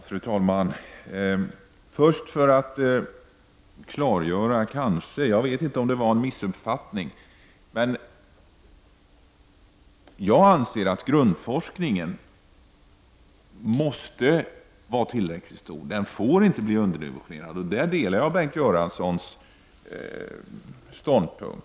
Fru talman! Först vill jag klargöra det som kanske var en missuppfattning. Jag anser att grundforskningen måste vara tillräckligt stor. Den får inte bli underdimensionerad. Där delar jag Bengt Göranssons ståndpunkt.